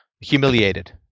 humiliated